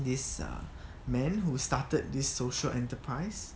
this err man who started this social enterprise